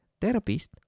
Therapist